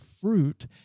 fruit